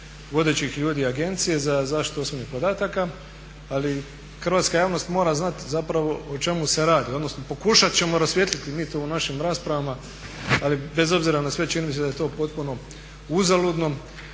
vodećih ljudi Agencije za zaštitu osobnih podataka ali hrvatska javnost mora znati zapravo o čemu se radi, odnosno pokušat ćemo rasvijetliti mi to u našim raspravama. Ali bez obzira na sve čini mi se da je to potpuno uzaludno